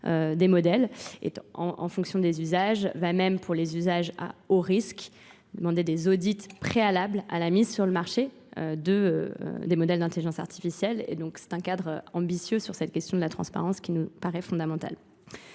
des modèles et en fonction des usages va même pour les usages au risque demander des audits préalables à la mise sur le marché des modèles d'intelligence artificielle et donc c'est un cadre ambitieux sur cette question de la transparence qui nous paraît fondamentale.